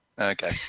Okay